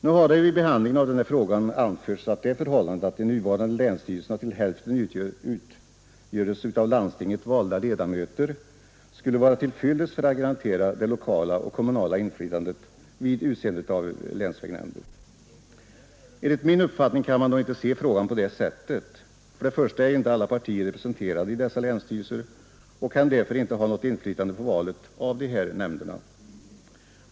Nu har det vid behandlingen av denna fråga anförts att det förhållandet att de nuvarande länsstyrelserna till hälften utgörs av utav landstinget utvalda ledamöter skulle vara till fyllest för att garantera det lokala och kommunala inflytandet vid utseendet av länsvägnämnderna. Enligt min uppfattning kan man inte se frågan på det sättet. För det första är inte alla partier representerade i dessa länsstyrelser och kan därför inte ha något inflytande på valet av de här nämnderna.